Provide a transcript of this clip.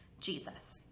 Jesus